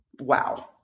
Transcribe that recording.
Wow